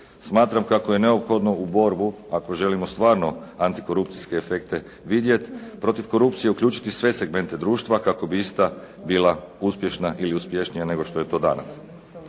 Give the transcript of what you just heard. Smatram kako je neophodno u borbu ako želimo stvarno antikorupcijske efekte vidjeti protiv korupcije uključiti sve segmente društva kako bi ista bila uspješna ili uspješnija nego što je to danas.